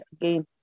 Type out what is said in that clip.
again